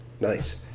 Nice